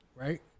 right